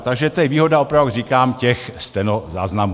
Takže to je výhoda, opravdu říkám, těch stenozáznamů.